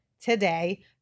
today